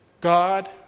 God